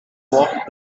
walked